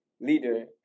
leader